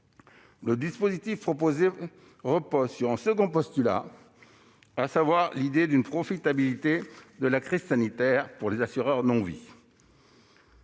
Le dispositif proposé repose sur un second postulat, à savoir l'idée d'une profitabilité de la crise sanitaire pour les assureurs non-vie.